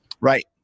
Right